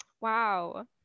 Wow